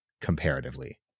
comparatively